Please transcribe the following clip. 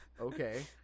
Okay